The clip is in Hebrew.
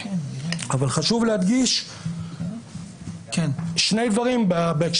בהקשר הזה חשוב להדגיש שני דברים.